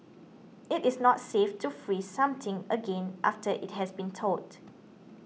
it is not safe to freeze something again after it has been thawed